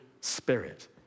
Spirit